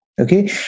Okay